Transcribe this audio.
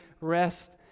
rest